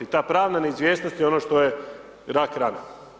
I ta pravna neizvjesnost je ono što je rak rana.